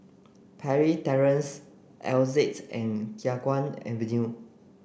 Parry Terrace Altez and Khiang Guan Avenue